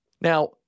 Now